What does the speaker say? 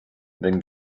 then